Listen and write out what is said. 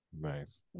nice